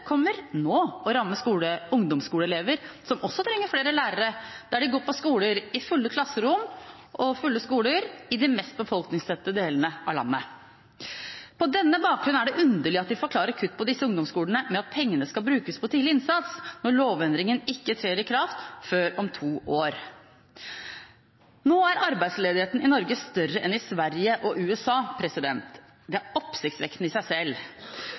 kommer nå og rammer ungdomsskoleelever, som også trenger flere lærere, der de går på skoler i fulle klasserom og fulle skoler i de mest befolkningstette delene av landet. På denne bakgrunn er det underlig at de forklarer kutt på disse ungdomsskolene med at pengene skal brukes på tidlig innsats – når lovendringen ikke trer i kraft før om to år. Nå er arbeidsledigheten i Norge større enn i Sverige og USA. Det er oppsiktsvekkende i seg selv.